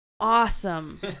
awesome